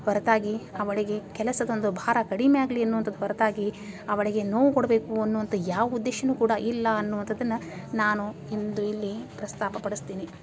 ಹೊರತಾಗಿ ಅವಳಿಗೆ ಕೆಲಸದ ಒಂದು ಭಾರ ಕಡಿಮೆ ಆಗಲೀ ಅನ್ನುವಂಥದ್ ಹೊರತಾಗಿ ಅವಳಿಗೆ ನೋವು ಕೊಡಬೇಕು ಅನ್ನೋವಂಥ ಯಾವ ಉದ್ದೇಶವೂ ಕೂಡ ಇಲ್ಲ ಅನ್ನುವಂಥದನ್ನ ನಾನು ಇಂದು ಇಲ್ಲಿ ಪ್ರಸ್ತಾಪ ಪಡಿಸ್ತೀನಿ